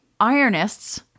Ironists